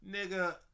Nigga